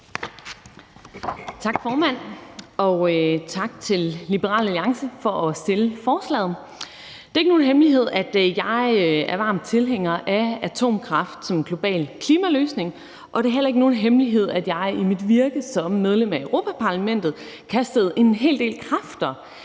Tak, formand, og tak til Liberal Alliance for at fremsætte forslaget. Det er ikke nogen hemmelighed, at jeg er varm tilhænger af atomkraft som en global klimaløsning, og det er heller ikke nogen hemmelighed, at jeg i mit virke som medlem af Europa-Parlamentet kastede en hel del kræfter